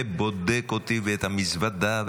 ובודק אותי ואת המזוודה.